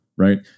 Right